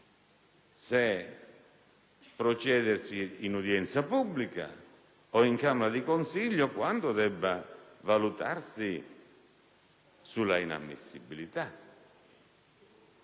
se procedere in udienza pubblica o in camera di consiglio quando debba valutarsi sull'inammissibilità.